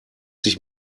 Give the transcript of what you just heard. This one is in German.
sich